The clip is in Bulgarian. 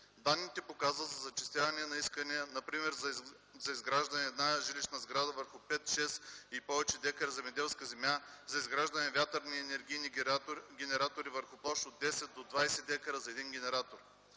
Данните показват зачестяване на искания, например за изграждане на една жилищна сграда върху 5-6 и повече декара земеделска земя, за изграждане на вятърни енергийни генератори върху площ от 10 до над 20 дка за един генератор